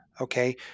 Okay